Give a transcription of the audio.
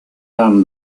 and